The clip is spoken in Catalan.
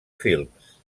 films